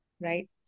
right